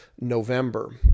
November